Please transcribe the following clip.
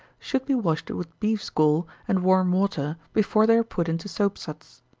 should be washed with beef's gall and warm water before they are put into soap-suds.